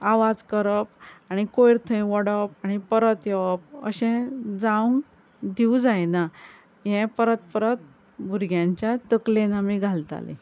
आवाज करप आनी कोयर थंय वडप आनी परत येवप अशें जावंक दिवं जायना हें परत परत भुरग्यांच्या तकलेन आमी घालतालीं